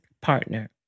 partner